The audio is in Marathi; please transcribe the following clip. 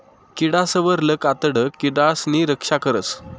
किडासवरलं कातडं किडासनी रक्षा करस